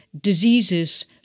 diseases